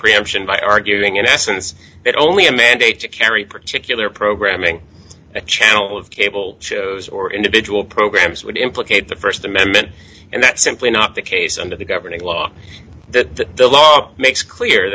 preemption by arguing in essence that only a mandate to carry particular programming the channel of cable shows or individual programs would implicate the st amendment and that's simply not the case under the governing law that the log makes clear